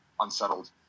unsettled